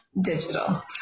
digital